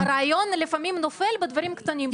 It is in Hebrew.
לא, עידית, הרעיון לפעמים נופל בדברים קטנים.